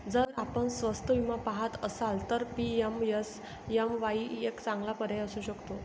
जर आपण स्वस्त विमा पहात असाल तर पी.एम.एस.एम.वाई एक चांगला पर्याय असू शकतो